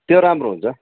त्यो राम्रो हुन्छ